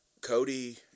Cody